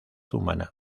humana